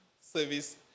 service